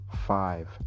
five